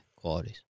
qualities